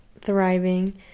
thriving